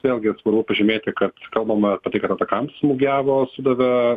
vėlgi svarbu pažymėti kad kalbama apie tai kad atakams smūgiavo sudavė